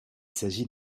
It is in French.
s’agit